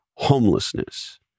homelessness